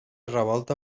revolta